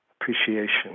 appreciation